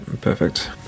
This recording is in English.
perfect